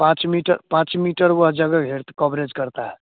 पाँच मीटर पाँच मीटर वह जगह घेर कवरेज करता है